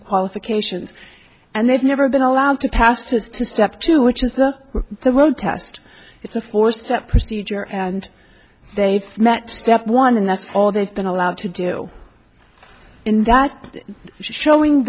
qualifications and they've never been allowed to pastors to step two which is the the world test it's a four step procedure and they've met step one and that's all they've been allowed to do in that showing